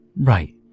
right